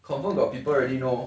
confirm got people already know